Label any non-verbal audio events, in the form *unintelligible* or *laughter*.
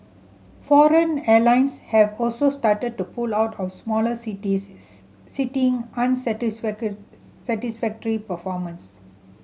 foreign airlines have also started to pull out of smaller cities *unintelligible* citing *unintelligible* satisfactory performance